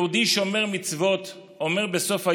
יהודי שומר מצוות אומר בסוף היום: